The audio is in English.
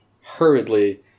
hurriedly